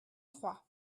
trois